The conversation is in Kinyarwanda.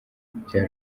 bya